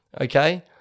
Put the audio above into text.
okay